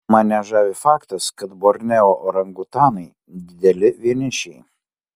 mane žavi faktas kad borneo orangutanai dideli vienišiai